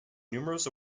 numerous